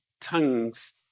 tongues